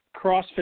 CrossFit